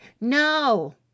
No